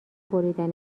بریدن